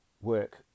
work